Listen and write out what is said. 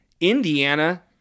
Indiana